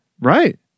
Right